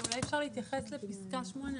אולי אפשר לפסקה 8,